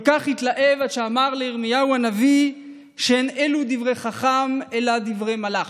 כל כך התלהב עד שאמר לירמיהו הנביא שאין אלו דברי חכם אלא דברי מלאך.